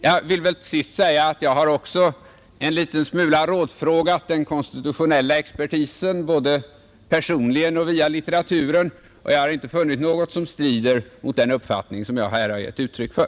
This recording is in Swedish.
Jag vill till sist säga att jag också en liten smula har rådfrågat den konstitutionella expertisen, både personligen och via litteraturen, och jag har därvid inte funnit någonting som strider mot den uppfattning som jag här har givit uttryck för.